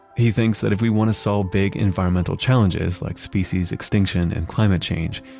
he thinks that if we want to solve big environmental challenges like species extinction and climate change,